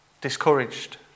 discouraged